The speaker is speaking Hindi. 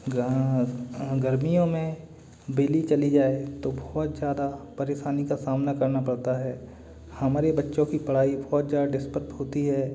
गर्मियों में बिजली चली जाए तो बहुत ज़्यादा परेशानी का सामना करना परता है हमारे बच्चों कि पढ़ाई बहुत ज़्यादा डिस्टप होती है